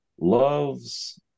loves